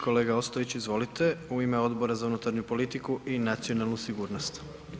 Kolega Ostojić izvolite u ime Odbora za unutarnju politiku i nacionalnu sigurnost.